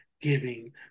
giving